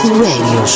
radio